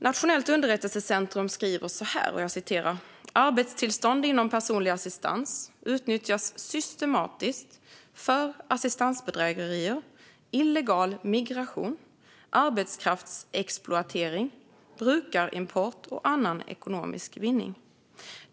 Nationellt underrättelsecentrum skriver att arbetstillstånd inom personlig assistans utnyttjas systematiskt för assistansbedrägerier, illegal migration, arbetskraftsexploatering, brukarimport och annan ekonomisk vinning.